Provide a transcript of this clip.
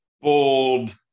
Bold